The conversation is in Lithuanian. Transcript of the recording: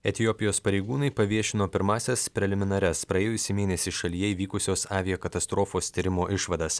etiopijos pareigūnai paviešino pirmąsias preliminarias praėjusį mėnesį šalyje įvykusios aviakatastrofos tyrimo išvadas